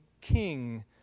king